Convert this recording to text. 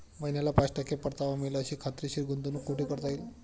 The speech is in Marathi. महिन्याला पाच टक्के परतावा मिळेल अशी खात्रीशीर गुंतवणूक कुठे करता येईल?